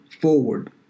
forward